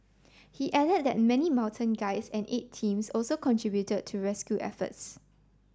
he added that many mountain guides and aid teams also contributed to rescue efforts